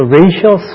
racial